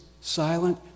silent